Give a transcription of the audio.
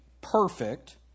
perfect